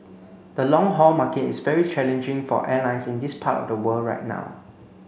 the long haul market is very challenging for airlines in this part of the world right now